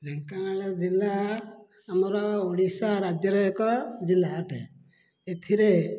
ଢ଼େଙ୍କାନାଳ ଜିଲ୍ଲା ଆମର ଓଡ଼ିଶା ରାଜ୍ୟରେ ଏକ ଜିଲ୍ଲା ଅଟେ ଏଥିରେ